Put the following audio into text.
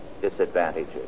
disadvantages